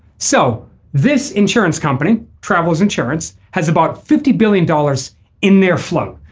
so this insurance company traveler's insurance has about fifty billion dollars in their float.